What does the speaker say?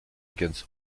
against